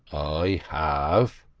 i have.